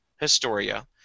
Historia